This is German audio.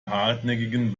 hartnäckigen